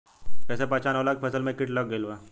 कैसे पहचान होला की फसल में कीट लग गईल बा?